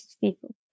people